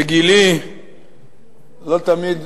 בגילי לא תמיד